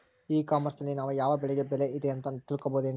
E commerce ನಲ್ಲಿ ನಾವು ಯಾವ ಬೆಳೆಗೆ ಬೆಲೆ ಇದೆ ಅಂತ ತಿಳ್ಕೋ ಬಹುದೇನ್ರಿ?